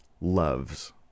loves